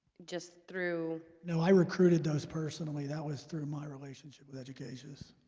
just through no i recruited those personally that was through my relationship with educatius